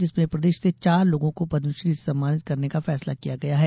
जिसमें प्रदेश से चार लोगों को पद्मश्री से सम्मानित करने का फैसला किया गया है